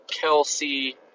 Kelsey